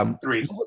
three